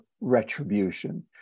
retribution